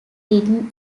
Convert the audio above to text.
written